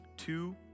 Two